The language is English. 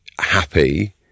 happy